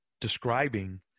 describing